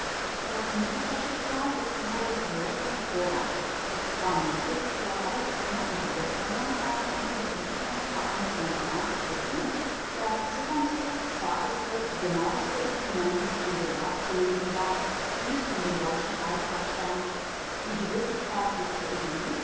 das musikerschicksal ist nur behelf und vorwand es war nötig für alle klänge und widerklänge ein intensiv empfangendes membran zu gewinnen das zitterndste zarteste genaueste instrument an dem abzulesen war wie es um den deutschen alltag stand wie die wirklichkeit sich zur idee